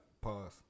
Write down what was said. Pause